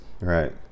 right